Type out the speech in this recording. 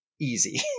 easy